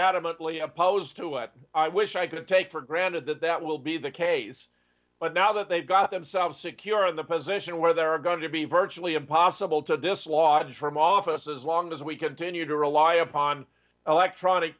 adamantly opposed to what i wish i could take for granted that that will be the case but now that they've got themselves secure in the position where they are going to be virtually impossible to dislodge from office as long as we continue to rely upon electronic